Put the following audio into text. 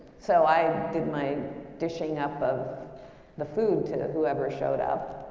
so, i did my dishing up of the food to whoever showed up